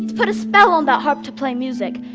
but a spell on that harp to play music.